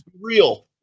Real